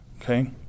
Okay